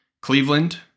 Cleveland